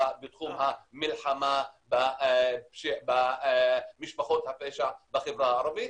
בתחום המלחמה במשפחות הפשע בחברה הערבית,